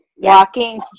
Walking